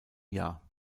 jahr